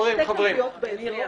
יש שתי כלביות באזור.